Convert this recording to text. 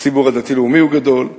הציבור הדתי-לאומי הוא גדול,